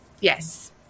Yes